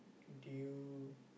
do you